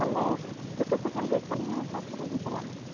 ᱛᱟᱦᱚᱞᱮ ᱴᱳᱴᱳ ᱠᱚ ᱧᱮᱞ ᱦᱩᱭᱩᱜ ᱛᱟᱞᱤᱧᱟ ᱛᱟᱯᱚᱨᱮ ᱞᱤᱧ ᱪᱟᱞᱜᱼᱟ